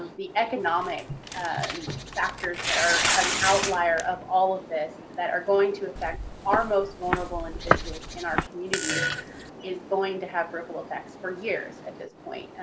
the economic factors that are an outlier of all of this that are going to affect our most vulnerable individuals in our communities is going to have ripple effects for years at this point.